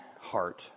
heart